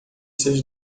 seus